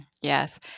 Yes